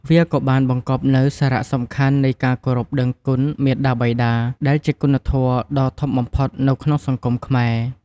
វាក៏បានបង្កប់នូវ សារៈសំខាន់នៃការគោរពដឹងគុណមាតាបិតា ដែលជាគុណធម៌ដ៏ធំបំផុតនៅក្នុងសង្គមខ្មែរ។